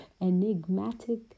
enigmatic